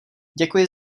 děkuji